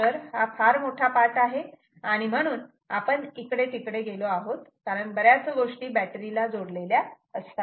तेव्हा हा मोठा पाठ आहे आणि म्हणून आपण इकडे तिकडे गेलो आहोत कारण बऱ्याच गोष्टी बॅटरी ला जोडलेल्या असतात